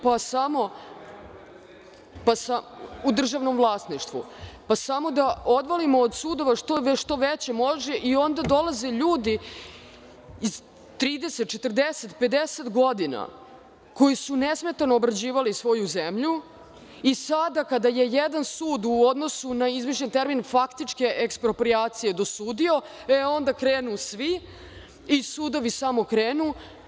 Pa samo da odvalimo od sudova što više može i onda dolaze ljudi od po 30, 40, 50. godina, koji su nesmetano obrađivali svoju zemlju i sada kada je jedan sud u odnosu na izmišljen termin faktičke eksproprijacije dosudio, e, onda krenu svi i sudovi samo krenu.